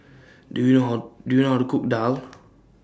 Do YOU know How Do YOU know How to Cook Daal